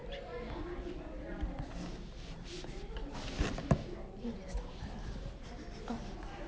then for cats it's like 它们比较 like independent so 你 can just like they can spend the whole day by themselves